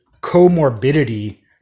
comorbidity